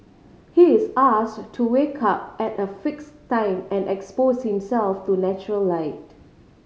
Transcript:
he is asked to wake up at a fix time and expose himself to natural light